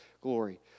glory